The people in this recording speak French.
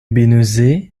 bénezet